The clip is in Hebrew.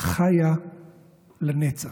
חיה לנצח.